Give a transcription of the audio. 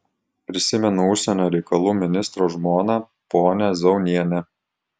prisimenu užsienio reikalų ministro žmoną ponią zaunienę